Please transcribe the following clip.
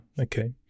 okay